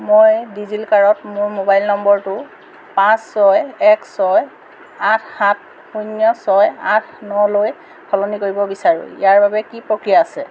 মই ডিজিলকাৰত মোৰ মোবাইল নম্বৰটো পাঁচ ছয় এক ছয় আঠ সাত শূন্য ছয় আঠ ন লৈ সলনি কৰিব বিচাৰো ইয়াৰ বাবে কি প্ৰক্ৰিয়া আছে